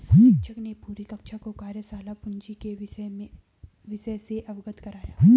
शिक्षक ने पूरी कक्षा को कार्यशाला पूंजी के विषय से अवगत कराया